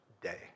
day